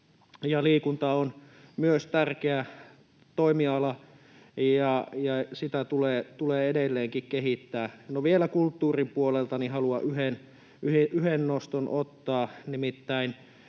Liikunta on myös tärkeä toimiala, ja sitä tulee edelleenkin kehittää. No vielä kulttuurin puolelta haluan yhden noston